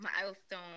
milestone